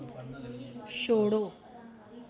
छोड़ो